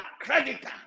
creditor